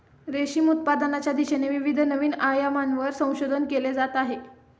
रेशीम उत्पादनाच्या दिशेने विविध नवीन आयामांवर संशोधन केले जात आहे